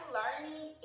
learning